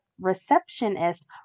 receptionist